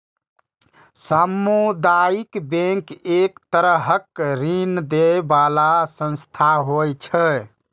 सामुदायिक बैंक एक तरहक ऋण दै बला संस्था होइ छै